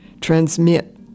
transmit